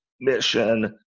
mission